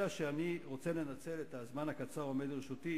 אלא שאני רוצה לנצל את הזמן הקצר העומד לרשותי